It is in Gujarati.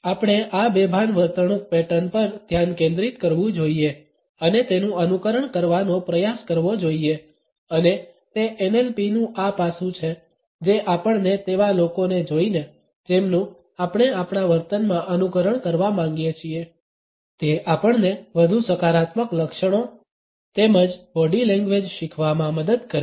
આપણે આ બેભાન વર્તણૂક પેટર્ન પર ધ્યાન કેન્દ્રિત કરવું જોઈએ અને તેનું અનુકરણ કરવાનો પ્રયાસ કરવો જોઈએ અને તે NLPનું આ પાસું છે જે આપણને તેવા લોકોને જોઇને જેમનુ આપણે આપણા વર્તનમાં અનુકરણ કરવા માંગીએ છીએ તે આપણને વધુ સકારાત્મક લક્ષણો તેમજ બોડી લેંગ્વેજ શીખવામાં મદદ કરે છે